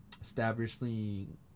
Establishing